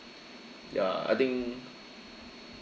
ya I think